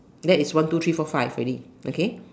that is one two three four five already okay